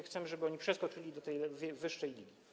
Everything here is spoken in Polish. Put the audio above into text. Chcemy, żeby one przeskoczyły do tej wyższej ligi.